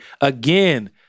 Again